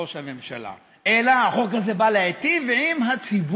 בראש הממשלה, אלא החוק הזה נועד להיטיב עם הציבור,